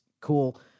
cool